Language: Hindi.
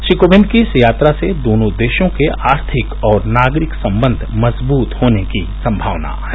श्री कोविन्द की इस यात्रा से दोनों देशों के आर्थिक और नागरिक सम्बन्ध मजबूत होने की संभावना है